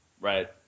right